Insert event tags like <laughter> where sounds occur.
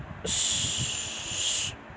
<noise>